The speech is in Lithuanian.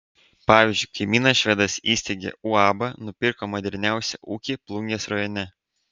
pavyzdžiui kaimynas švedas įsteigė uabą nupirko moderniausią ūkį plungės rajone